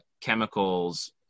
chemicals